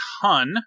ton